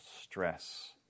stress